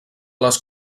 les